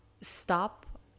stop